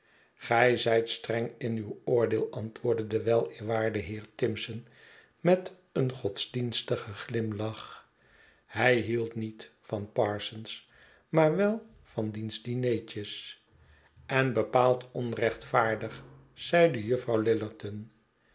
gij zijt streng in uw oordeel antwoordde de weleerwaarde heer tirnson met een godsdienstigen glimlach hij hield niet van parsons maar wel van diens dinetjes en bepaald onrechtvaardig i zeide juffrouw